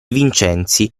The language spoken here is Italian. vincenzi